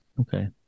Okay